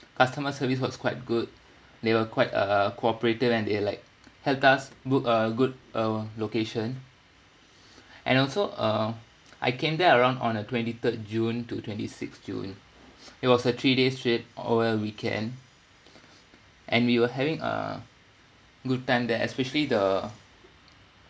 customer service was quite good they were quite uh cooperative and they like helped us booked a good uh location and also uh I came there around on the twenty third june to twenty sixth june it was a three days trip over a weekend and we were having a good time there especially the